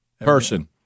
Person